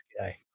guy